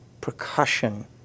percussion